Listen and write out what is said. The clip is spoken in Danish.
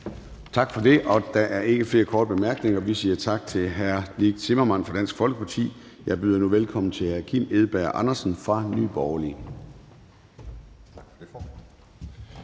Tak for det. Der er ikke flere korte bemærkninger, og vi siger tak til hr. Nick Zimmermann fra Dansk Folkeparti. Jeg byder nu velkommen til hr. Kim Edberg Andersen fra Nye Borgerlige.